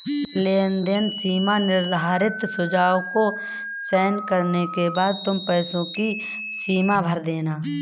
लेनदेन सीमा निर्धारित सुझाव को चयन करने के बाद तुम पैसों की सीमा भर देना